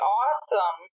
awesome